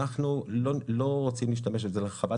אנחנו לא רוצים להשתמש בזה להרחבת